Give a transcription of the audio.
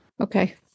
okay